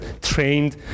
trained